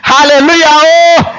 Hallelujah